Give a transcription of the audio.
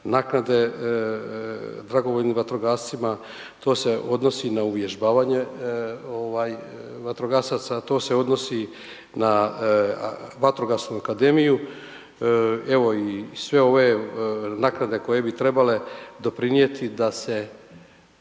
naknade dragovoljnim vatrogascima. To se odnosi na uvježbavanje vatrogasaca, to se odnosi na vatrogasnu akademiju. Evo i sve ove naknade koje bi trebale doprinijeti da se